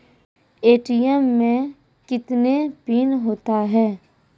ATM मे कितने PIN होता हैं?